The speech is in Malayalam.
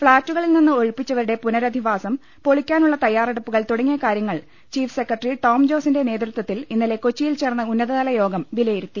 ഫ്ളാറ്റുകളിൽ നിന്ന് ഒഴിപ്പിച്ചവരുടെ പുനരധിവാസം പൊളിക്കാനുള്ള തയ്യാ റെടുപ്പുകൾ തുടങ്ങിയ കാര്യങ്ങൾ ചീഫ് സെക്രട്ടറി ടോം ജോസിന്റെ നേതൃ ത്വത്തിൽ ഇന്നലെ കൊച്ചിയിൽ ചേർന്ന ഉന്നതതല യോഗം വിലയിരുത്തി